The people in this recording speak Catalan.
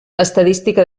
estadística